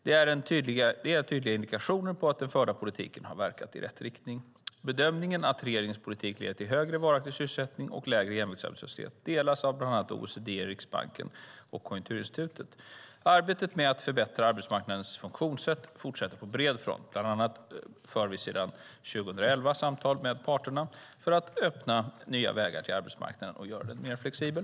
Det är tydliga indikationer på att den förda politiken har verkat i rätt riktning. Bedömningen att regeringens politik leder till en högre varaktig sysselsättning och en lägre jämviktsarbetslöshet delas av bland annat OECD, Riksbanken och Konjunkturinstitutet. Arbetet med att förbättra arbetsmarknadens funktionssätt fortsätter på bred front. Bland annat för vi sedan 2011 samtal med parterna för att öppna nya vägar in på arbetsmarknaden och göra den mer flexibel.